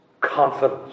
confidence